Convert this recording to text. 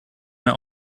mehr